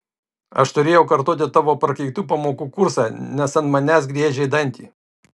aš turėjau kartoti tavo prakeiktų pamokų kursą nes ant manęs griežei dantį